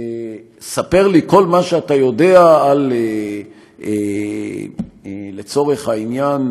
ספר לי כל מה שאתה יודע, לצורך העניין,